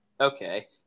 Okay